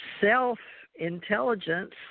self-intelligence